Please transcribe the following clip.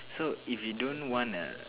so if you don't want a